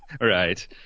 Right